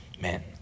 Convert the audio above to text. Man